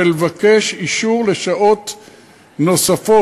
ולבקש אישור לשעות נוספות,